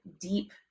deep